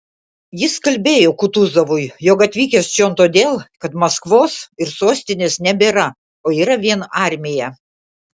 jis kalbėjo kutuzovui jog atvykęs čion todėl kad maskvos ir sostinės nebėra o yra vien armija